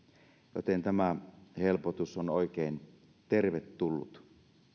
joten tämä helpotus on oikein tervetullut